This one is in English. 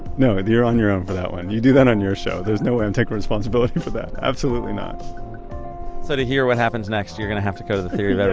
no, you're on your own for that one. you do that on your show. there's no way i'm taking responsibility for that, absolutely not so to hear what happens next you're gonna have to go to the theory but